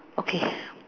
okay